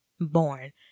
born